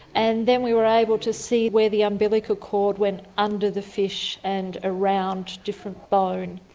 and then we were able to see where the umbilical cord went under the fish and around different bone.